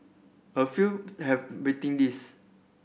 a few have waiting list